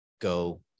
go